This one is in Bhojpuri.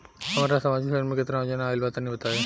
हमरा समाजिक क्षेत्र में केतना योजना आइल बा तनि बताईं?